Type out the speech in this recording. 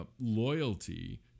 loyalty